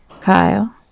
Kyle